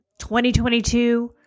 2022